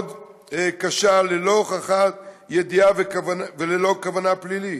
קשה ללא הוכחת ידיעה וללא כוונה פלילית.